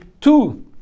two